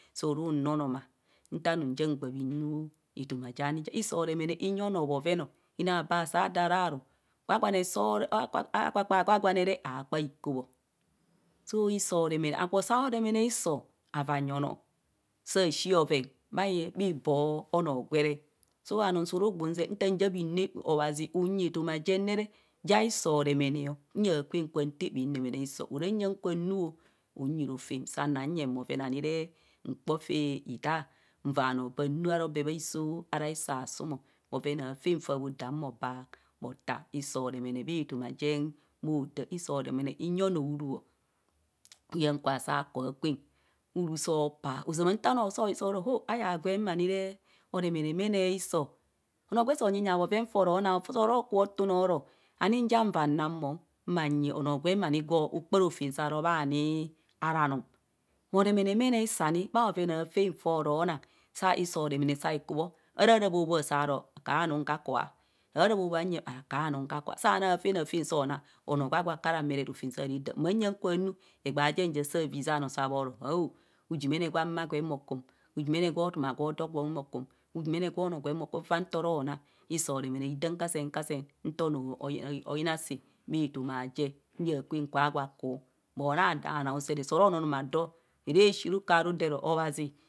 Suru noonoma nta num ja gba nu etoma jani jani hiso remene nyi noo bhoven inai aka sador ara no gwagwane soo saa kpakpaa gwagwane re akpaa ikobho so iso remene agwo saa oremene iso avaa nyi anoo shashi oven bhiboo noo gwere soo anum suru gbu nzee nta ja bhin ne obhazi nyi etoma je ne re ja iso remene nya kwen taa bhin remene iso, ora nyang kwen nu o unyi rofem saa na nye bhoven ani re nkpo faa hitaa nvaa anoo bhin nu aro bee bhaiso ara hiso asuum o bhoven aafen faa odom bhoba bhota hiso remene bhaetoma jem bhoda iso remene nyi onoo uruu huyeng kwa saa ku akwen uruu soo paa ozama nto noo soo ho ayaa gwen ani re aremene mene hiso onoo gwe so nyenyea bhoven foo ro nau soo ro ku bho tun aro ani ja vaa nang bhong ma nyi onoo gwem oni gwo kpa rofem saa ro bhaani ara anum aremene mene iso ani bha aven aafan foo ro nang iso remene sai kubho arara khobaa saa ro akanum nkakwa, arara bhoven nem akaanum nkakaa saa nang aafạnạfạn so nang onong gwa gwo akara mee re rofem saa radaam maa nya kwa nu egbee jen ja saa vi zaa bhanoo saa bharoo hao ujumene gwa mma gwem oku, ujumene gwa otumagwo gwem okum. ujumene gwo noo gwem okum faa ntoro naa iso remene hidam kasen kasen nto noo yina sii bha etoma je nya kwem kwa gwa ku mo na adoo noo usere soo ro noonoma ara shii rukor anu doo ero abhazi